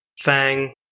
Fang